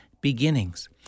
beginnings